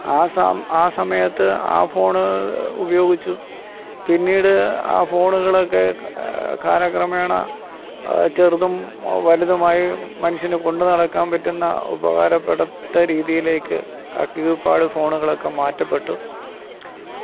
ആ ആ സമയത്ത് ആ ഫോണ് ഉപയോഗിച്ചു പിന്നീട് ആ ഫോണുകളൊക്കെ കാലക്രമേണ ചെറുതും വലുതുമായ മനുഷ്യൻ കൊണ്ടുനടക്കാൻ പറ്റുന്ന ഉപകാരപെടത്തക്ക രീതിയിലേക്ക് ആ കീപാഡ് ഫോണുകളൊക്കെ മാറ്റപ്പെട്ടു